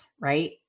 right